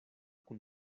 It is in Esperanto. kun